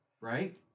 right